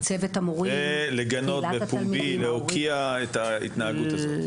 לגנות בפומבי ולהוקיע את ההתנהגות הזאת?